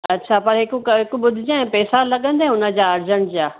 अच्छा पर हिकु हिकु बुधजे पैसा लॻंदा हुनजा अर्जन्ट जा